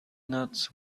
nuts